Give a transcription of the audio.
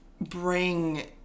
bring